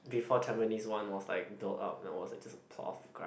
before Tampines One was like built up and it was like just a plot of grass